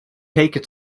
taken